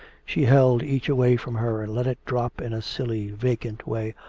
she held each away from her and let it drop in a silly, vacant way,